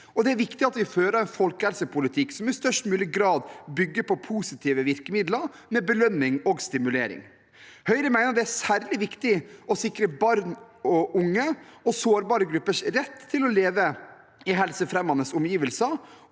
det er viktig at vi fører en folkehelsepolitikk som i størst mulig grad bygger på positive virkemidler, med belønning og stimulering. Høyre mener det er særlig viktig å sikre barn og unges og sårbare gruppers rett til å leve i helsefremmende omgivelser.